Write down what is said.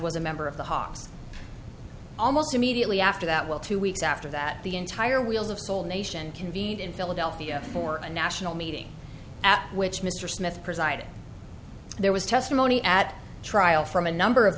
was a member of the hawks almost immediately after that well two weeks after that the entire wheels of soul nation convened in philadelphia for a national meeting at which mr smith presided there was testimony at trial from a number of